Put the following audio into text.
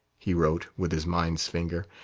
he wrote, with his mind's finger,